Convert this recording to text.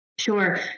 Sure